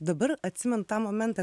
dabar atsimenu tą momentą